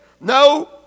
no